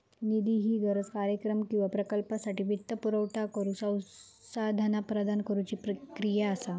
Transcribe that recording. निधी ही गरज, कार्यक्रम किंवा प्रकल्पासाठी वित्तपुरवठा करुक संसाधना प्रदान करुची क्रिया असा